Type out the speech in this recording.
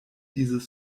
dieses